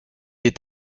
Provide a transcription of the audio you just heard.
est